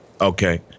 Okay